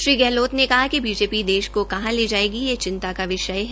श्री गहलौत ने कहा कि बीजेपी देश को कां ले जायेगी ये चिंता का विषय है